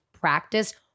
practice